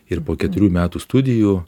ir po keturių metų studijų